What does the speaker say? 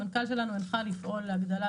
המנכ"ל שלנו הנחה לפעול להגדלה,